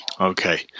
Okay